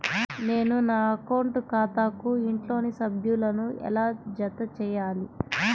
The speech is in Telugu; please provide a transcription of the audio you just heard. నేను నా అకౌంట్ ఖాతాకు ఇంట్లోని సభ్యులను ఎలా జతచేయాలి?